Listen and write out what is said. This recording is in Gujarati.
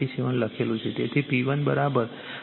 87o લખેલું છે